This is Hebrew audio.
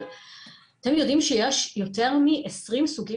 אבל אתם יודעים שיש יותר מעשרים סוגים